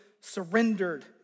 surrendered